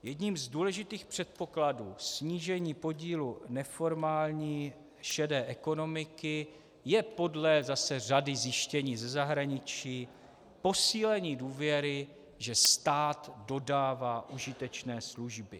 Jedním z důležitých předpokladů snížení podílu neformální šedé ekonomiky je podle řady zjištění ze zahraničí posílení důvěry, že stát dodává užitečné služby.